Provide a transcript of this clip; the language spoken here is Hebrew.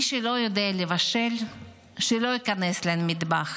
מי שלא יודע לבשל, שלא ייכנס למטבח.